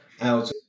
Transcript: out